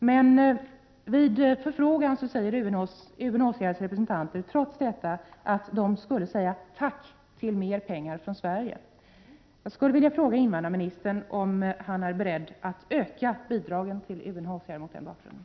Trots detta säger UNHCR:s representanter vid förfrågan att de skulle säga tack till mer pengar från Sverige. Jag skulle vilja fråga invandrarministern om han är beredd att mot den bakgrunden öka bidragen till UNHCR.